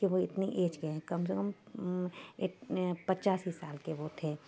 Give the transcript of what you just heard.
کہ وہ اتنی ایج کے ہیں کم سے کم پچاسی سال کے وہ تھے